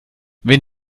wenn